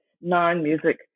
non-music